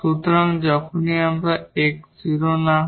সুতরাং যখন এই x 0 না হয়